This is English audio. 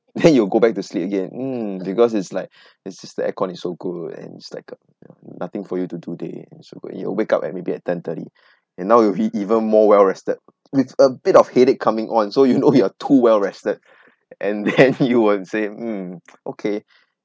then you go back to sleep again mm because it's like it's just the air-con is so good and it's like uh you know nothing for you to do day and so good you will wake up at maybe at ten thirty and now you'll be even more well rested with a bit of headache coming on so you know you are too well rested and then you will say mm okay